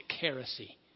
heresy